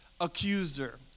accuser